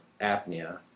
apnea